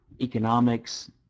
economics